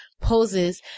poses